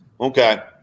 okay